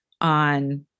on